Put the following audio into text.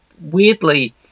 Weirdly